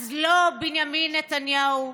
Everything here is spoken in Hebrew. אז לא, בנימין נתניהו,